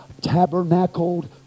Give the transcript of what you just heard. tabernacled